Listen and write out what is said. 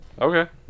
Okay